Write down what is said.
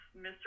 Mr